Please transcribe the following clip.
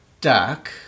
duck